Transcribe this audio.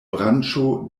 branĉo